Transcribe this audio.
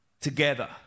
together